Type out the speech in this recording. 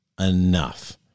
enough